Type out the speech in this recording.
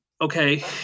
okay